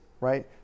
right